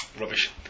Rubbish